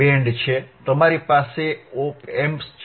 તમારી પાસે OP Amps છે